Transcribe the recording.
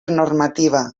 normativa